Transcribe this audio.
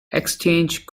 exchange